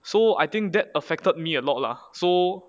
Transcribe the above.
so I think that affected me a lot lah so